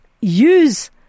Use